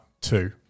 two